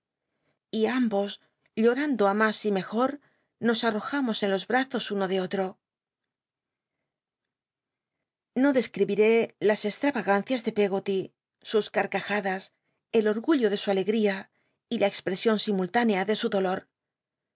y ambos llorando á mas y mejor nos arrojamos en jos brazos uno de otro no describité las extlavagancias de peggoty sus carcajadas el orgullo de su alegria y la cxpresion simuit lnea de su dolor